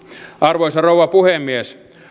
arvoisa rouva puhemies